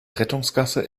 rettungsgasse